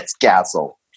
castle